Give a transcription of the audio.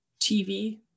TV